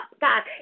God